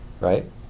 right